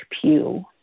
pew